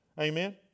Amen